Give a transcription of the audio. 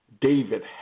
David